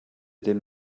dem